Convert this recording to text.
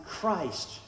Christ